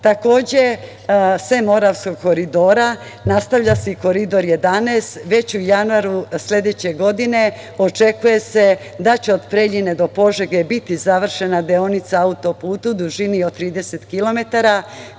sem Moravskog koridora, nastavlja se i Koridor 11. Već u januaru sledeće godine očekuje se da će od Preljine do Požege biti završena deonica auto-puta u dužini od 30 km,